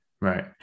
Right